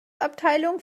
abteilung